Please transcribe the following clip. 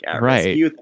right